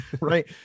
Right